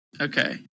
Okay